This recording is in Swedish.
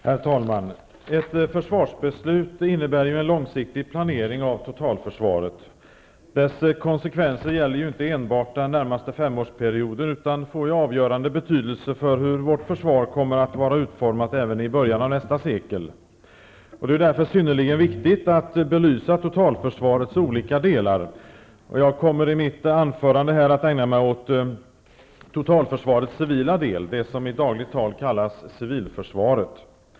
Herr talman! Ett försvarsbeslut innebär en långsiktig planering av totalförsvaret. Dess konsekvenser gäller inte enbart den närmaste femårsperioden utan får avgörande betydelse också för hur vårt försvar kommer att vara utformat i början av nästa sekel. Det är därför synnerligen viktigt att belysa totalförsvarets olika delar. Jag kommer i mitt anförande att ägna mig åt totalförsvarets civila del -- det som i dagligt tal kallas civilförsvaret.